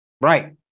right